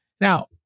Now